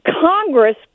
Congress